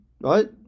Right